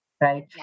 Right